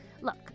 Look